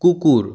কুকুর